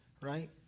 Right